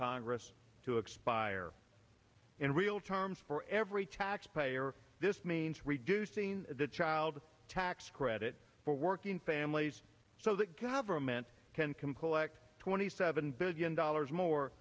congress to expire in real terms for every taxpayer this means reducing the child tax credit for working families so that government can compel acts twenty seven billion dollars more